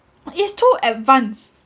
is too advanced